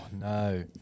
no